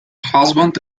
husband